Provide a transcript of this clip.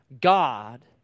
God